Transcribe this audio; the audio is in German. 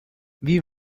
wie